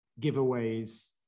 giveaways